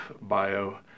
bio